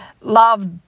love